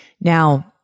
Now